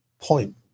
point